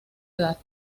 edad